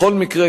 בכל מקרה,